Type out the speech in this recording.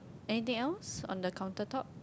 anything else on the counter top